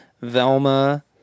Velma